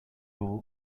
all